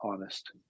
honest